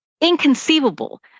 inconceivable